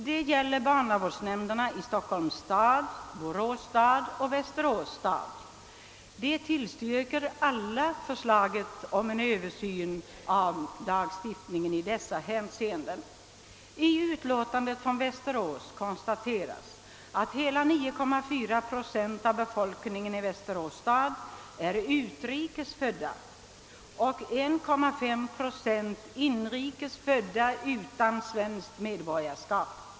De kommer från barnavårdsnämnderna i Stockholms stad, Borås stad och Västerås stad. Alla dessa tillstyrker förslaget om översyn av lagstiftningen i dessa avseenden. I utlåtan det från Västerås konstateras, att hela 9,4 procent av befolkningen i Västerås stad är utrikes födda och att 1,5 procent är inrikes födda utan svenskt medborgarskap.